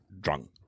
drunk